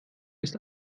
ist